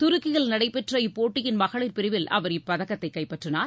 துருக்கியில் நடைபெற்ற இப்போட்டியின் மகளிர் பிரிவில் அவர் இப்பதக்கத்தைகைப்பற்றினார்